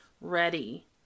ready